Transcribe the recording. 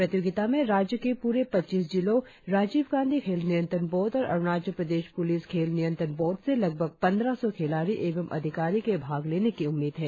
प्रतियोगिता में राज्य के पूरे पच्चीस जिलों राजीव गांधी खेल नियंत्रण बोर्ड और अरुणाचल प्रदेश पुलिस खेल नियंत्रण बोर्ड से लगभग पंद्रह सौ खिलाड़ी एवं अधिकारियों के भाग लेने की उम्मीद है